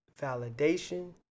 validation